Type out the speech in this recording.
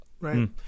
right